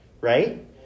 right